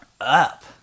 up